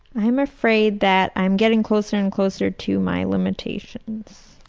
i'm afraid that i'm getting closer and closer to my limitations.